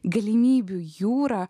galimybių jūrą